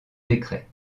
décret